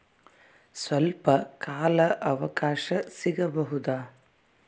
ಸ್ವಲ್ಪ ಕಾಲ ಅವಕಾಶ ಸಿಗಬಹುದಾ?